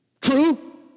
True